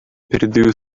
передаю